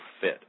Fit